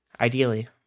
ideally